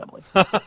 Family